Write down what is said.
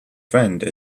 friend